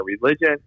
religion